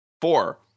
Four